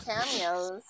cameos